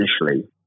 initially